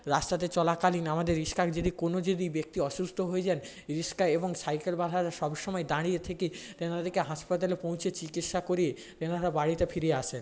রাস্তাতে চলাকালীন আমাদের রিক্সার যদি কোন যদি ব্যক্তি অসুস্থ হয়ে যান রিক্সা এবং সাইকেলওয়ালারা সব সময় দাঁড়িয়ে থেকে তেনাদেরকে হাসপাতালে পৌঁছে চিকিৎসা করিয়ে তেনারা বাড়িতে ফিরে আসেন